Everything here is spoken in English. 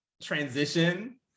transition